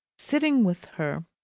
sitting with her,